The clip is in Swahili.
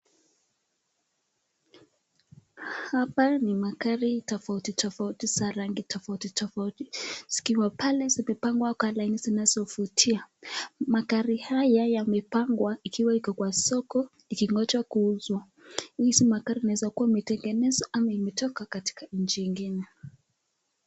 Hapa ni magari tofauti tofauti ya rangi tofauti tofauti zikiwa pale zimepangwa kwa laini zinazofutia. Magari haya yamepangwa ikiwa iko kwa soko ikingoja kuuzwa . Hizi magari inaezakuwa imetengenezwa ama imetoka kwa nchi nyingine.